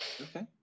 okay